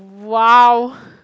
!wow!